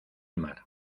mar